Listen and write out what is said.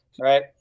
right